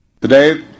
today